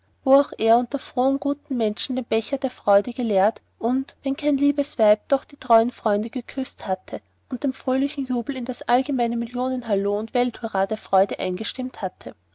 auch er unter frohen guten menschen den becher der freude geleert und wenn kein liebes weib doch treue freunde geküßt hatte und mit fröhlichem jubel in das allgemeine millionenhallo und welthurra der freude eingestimmt hatte